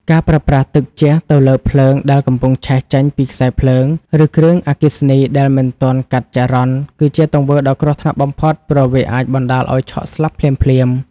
ការប្រើប្រាស់ទឹកជះទៅលើភ្លើងដែលកំពុងឆេះចេញពីខ្សែភ្លើង ឬគ្រឿងអគ្គិសនីដែលមិនទាន់កាត់ចរន្ត គឺជាទង្វើដ៏គ្រោះថ្នាក់បំផុតព្រោះវាអាចបណ្ដាលឱ្យឆក់ស្លាប់ភ្លាមៗ។